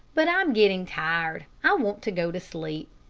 but i'm getting tired i want to go to sleep.